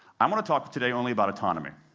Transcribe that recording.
i want to talk today only about autonomy.